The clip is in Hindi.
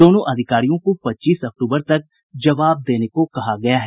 दोनों अधिकारियों को पच्चीस अक्तूबर तक जवाब देने को कहा है